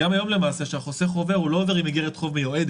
גם היום למעשה כשהחוסך עובר הוא לא עובר עם איגרת חוב מיועדת.